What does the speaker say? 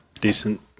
Decent